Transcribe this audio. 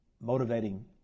motivating